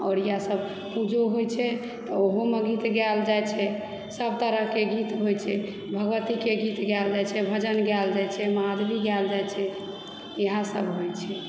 आओर इएह सब पूजो होइत छै तऽ ओहोमे गीत गाएल जाइत छै सब तरहकेँ गीत होइ छै भगवतीके गीत गाएल जाइत छै भजन गाएल जाइत छै महादेवके गाएल जाइत छै इएह सब होइत छै